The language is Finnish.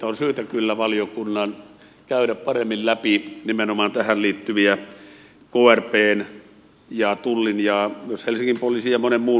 on syytä kyllä valiokunnan käydä paremmin läpi nimenomaan tähän liittyviä krpn ja tullin ja myös helsingin poliisin ja monen muun koordinaatiota